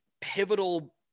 pivotal